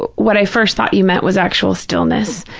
but what i first thought you meant was actual stillness,